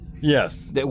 Yes